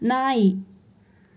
ನಾಯಿ